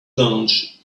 launch